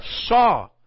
saw